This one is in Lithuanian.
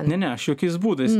ne ne aš jokiais būdais